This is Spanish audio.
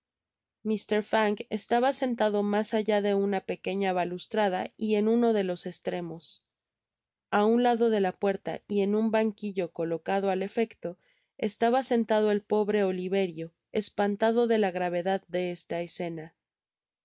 fang estaba sentado mas allá de una pequeña balustrada y en uno de los estremos a un lado de la puerta y en un banquillo colocado al efecto estaba sentado el pobre oliverio espantado de la gravedad de esta escena el